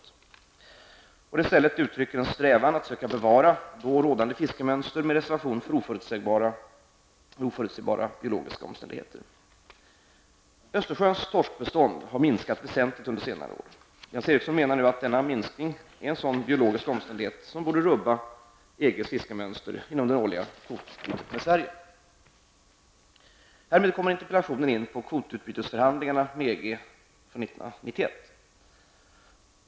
Detta ställe uttrycker en strävan att söka bevara då rådande fiskemönster med reservation för oförutsebara biologiska omständigheter. Östersjöns torskbestånd har minskat väsentligt under senare år. Jens Eriksson menar nu att denna minskning är en sådan biologisk omständighet som borde rubba EGs fiskemönster inom det årliga kvotutbytet med Sverige Härmed kommer interpellationen in på kvotutbytesförhandlingarna med EG för 1991.